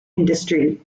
industry